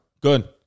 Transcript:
Good